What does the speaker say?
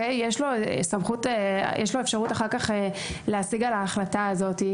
יש לו אפשרות אחר-כך להשיג על ההחלטה הזאת,